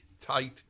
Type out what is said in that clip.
tight